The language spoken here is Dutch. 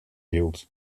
hield